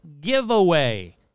giveaway